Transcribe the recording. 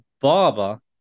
barber